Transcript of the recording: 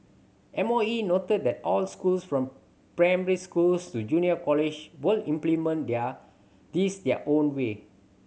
M O E noted that all schools from primary schools to junior college will implement their this their own way